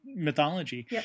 mythology